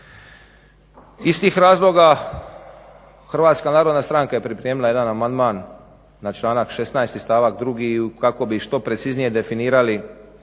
Iz tih razloga HNS je pripremila jedan amandman na članak 16.i stavak 2.kako bi što preciznije definirali